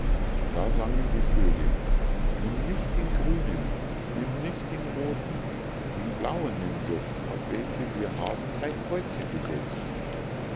da sangen die vögel nimm nicht den grünen nimm nicht den rothen den blauen nimm jetzt auf welchen wir haben drei kreuze gesetzt